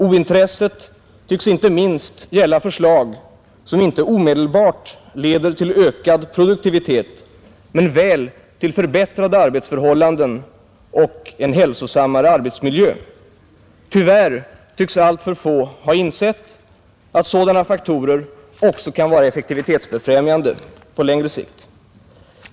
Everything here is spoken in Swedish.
Ointresset tycks inte minst gälla förslag, som inte omedelbart leder till ökad produktivitet, men väl till förbättrade arbetsförhållanden och en hälsosammare arbetsmiljö. Tyvärr tycks alltför få ha insett, att sådana faktorer också kan vara effektivitetsbefrämjande på längre sikt.